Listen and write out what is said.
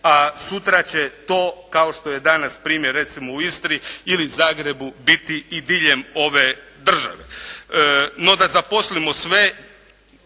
a sutra će to kao što je danas primjer recimo u Istri ili Zagrebu biti i diljem ove države. No, da zaposlimo sve